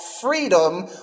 freedom